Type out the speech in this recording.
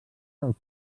els